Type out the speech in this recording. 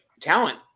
talent